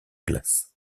glace